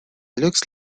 looks